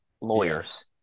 lawyers